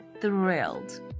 thrilled